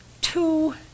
two